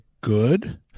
good